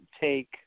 take